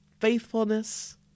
faithfulness